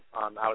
out